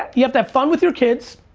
you have to have fun with your kids.